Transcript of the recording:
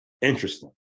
Interesting